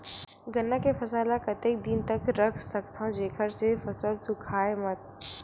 गन्ना के फसल ल कतेक दिन तक रख सकथव जेखर से फसल सूखाय मत?